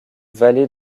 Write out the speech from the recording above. valet